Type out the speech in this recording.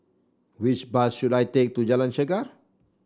which bus should I take to Jalan Chegar